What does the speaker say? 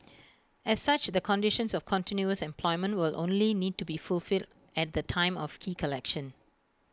as such the conditions of continuous employment will only need to be fulfilled at the time of key collection